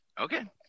Okay